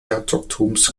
herzogtums